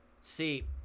See